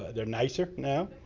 they're nicer now.